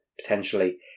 potentially